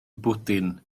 bwdin